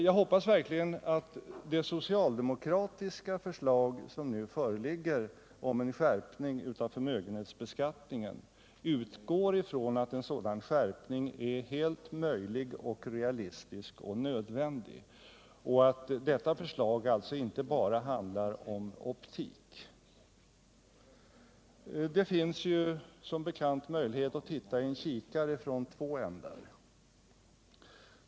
Jag hoppas att det socialdemokratiska förslag som nu föreligger om en skärpning av förmögenhetsbeskattningen utgår från att en sådan skärpning är helt möjlig och nödvändig och att detta förslag alltså inte bara handlar om optik. Det finns som bekant möjlighet att titta i en kikare från två ändar.